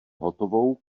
hotovou